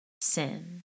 sin